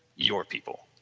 your people.